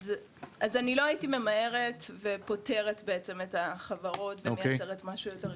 אז אני לא הייתי ממהרת ופותרת את החברות ומייצרת משהו יותר גדול.